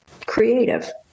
creative